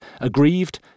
Aggrieved